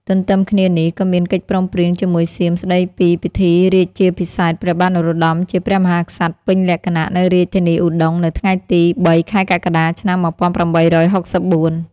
ទន្ទឹមគ្នានេះ ក៏មានកិច្ចព្រមព្រៀងជាមួយសៀមស្តីពីពិធីរាជាភិសេកព្រះបាទនរោត្តមជាព្រះមហាក្សត្រពេញលក្ខណៈនៅរាជធានីឧដុង្គ នៅថ្ងៃទី ៣ ខែកក្កដា ឆ្នាំ ១៨៦៤។